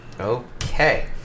Okay